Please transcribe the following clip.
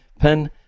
pin